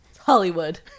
Hollywood